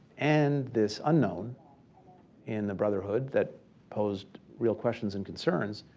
and this unknown in the brotherhood that posed real questions and concerns,